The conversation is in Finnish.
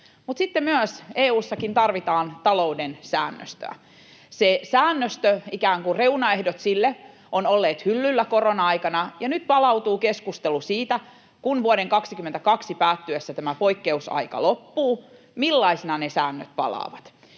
Mutta sitten myös EU:ssa tarvitaan talouden säännöstöä. Se säännöstö, ikään kuin reunaehdot sille, on ollut hyllyllä korona-aikana, ja nyt palautuu keskustelu siitä, kun vuoden 22 päättyessä tämä poikkeusaika loppuu, millaisina ne säännöt palaavat.